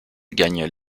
gagne